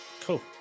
Cool